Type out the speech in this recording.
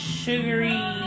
sugary